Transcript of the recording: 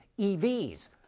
EVs